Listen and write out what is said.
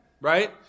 right